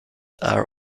are